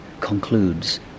concludes